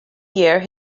year